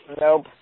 nope